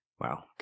Wow